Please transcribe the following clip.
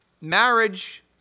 marriage